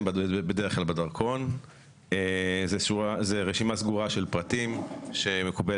- בדרך כלל בדרכון - שזו רשימה סגורה שמקובלת